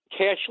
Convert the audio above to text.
cashless